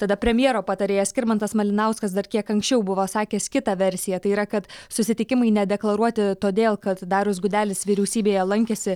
tada premjero patarėjas skirmantas malinauskas dar kiek anksčiau buvo sakęs kitą versiją tai yra kad susitikimai nedeklaruoti todėl kad darius gudelis vyriausybėje lankėsi